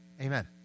Amen